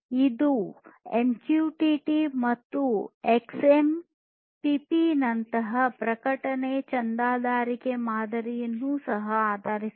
ಇದು ಎಂಕ್ಯೂಟಿಟಿ ಮತ್ತು ಎಕ್ಸ್ಎಂಪಿಪಿ ನಂತಹ ಪ್ರಕಟಣೆ ಚಂದಾದಾರಿಕೆ ಮಾದರಿಯನ್ನು ಸಹ ಆಧರಿಸಿದೆ